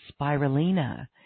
Spirulina